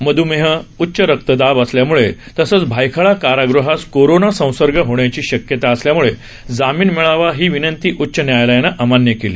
मधमेह उच्च रक्तदाब असल्यामुळे तसंच भायखळा कारागृहात कोरोना संसर्ग होण्याची शक्यता असल्यामुळे जामीन मिळावा ही विनंती उच्च न्यायालयानं अमान्य केली